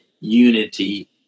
unity